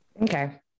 Okay